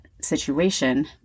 situation